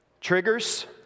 triggers